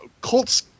Colt's